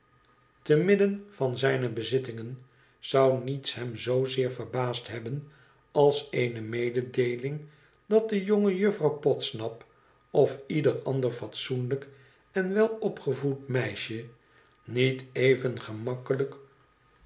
te midden van zijne bezittingen zou niets hem zoozeer verbaasd hebben als eene mededeeling dat de jone juffrouw podsnap of ieder ander fatsoenlijk en welopgevoed meisje niet even gemakkelijk